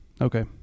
Okay